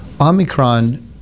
Omicron